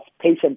patient